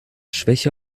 schwäche